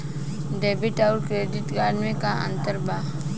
Debit आउर credit card मे का अंतर बा?